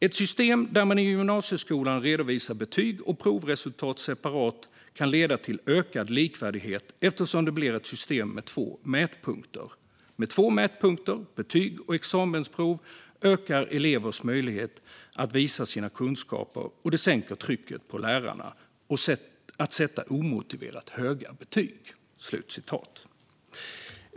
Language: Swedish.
"Ett system där man i gymnasieskolan redovisar betyg och provresultat separat kan leda till ökad likvärdighet eftersom det blir ett system med två mätpunkter. Med två mätpunkter, betyg och examensprov, ökar elevers möjlighet att visa sina kunskaper och det sänker trycket på lärarna att sätta omotiverat höga betyg."